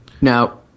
Now